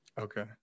okay